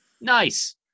nice